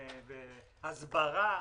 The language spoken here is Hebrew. הסברה,